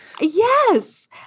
Yes